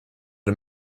der